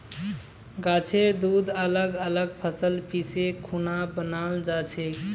गाछेर दूध अलग अलग फसल पीसे खुना बनाल जाछेक